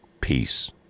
Peace